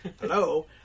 hello